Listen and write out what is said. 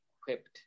equipped